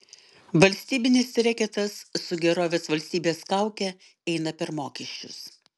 valstybinis reketas su gerovės valstybės kauke eina per mokesčius